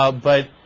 ah but